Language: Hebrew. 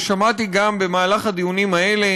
ושמעתי גם במהלך הדיונים האלה